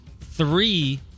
three